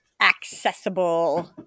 accessible